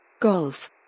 Golf